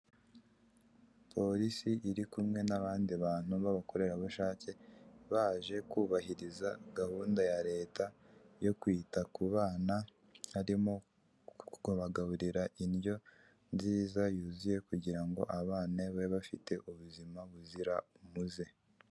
Polisi iri kumwe n'abandi bantu b'abakorerabushake, baje kubahiriza gahunda ya leta yo kwita ku bana, harimo kubagaburira indyo nziza yuzuye, kugira ngo abana babe bafite ubuzima buzira umuze.